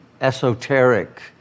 esoteric